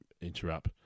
interrupt